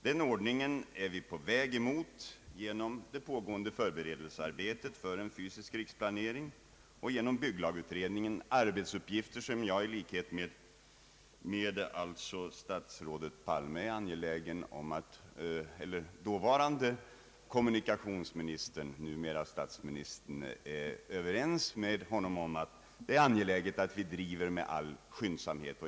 Den ordningen är vi på väg mot genom det pågående förberedelsearbetet för en fysisk riksplanering och genom bygglagsutredningen — arbetsuppgifter som jag är överens med dåvarande kommunikationsministern, nuvarande statsministern Palme, om att det är angeläget att vi driver med all skyndsamhet.